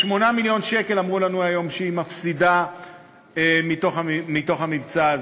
8 מיליון שקל אמרו לנו היום שהיא מפסידה מהמבצע הזה.